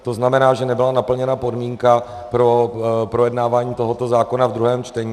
To znamená, že nebyla naplněna podmínka pro projednávání tohoto zákona v druhém čtení.